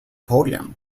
podium